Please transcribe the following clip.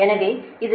எனவே cosR என்பது 0